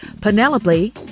Penelope